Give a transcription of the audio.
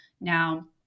Now